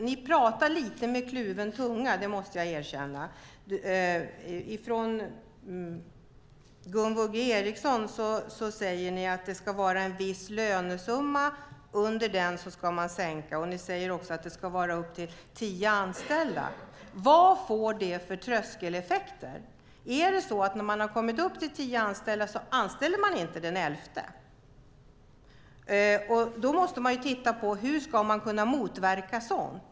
Ni talar lite med kluven tunga. Gunvor G Ericson säger att det ska vara en viss lönesumma och under den ska man sänka. Ni säger också att det ska vara upp till tio anställda. Vad får det för tröskeleffekter? Är det så att när man har kommit upp till tio anställda så anställer man inte den elfte? Man måste titta på hur man ska kunna motverka sådant.